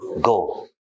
go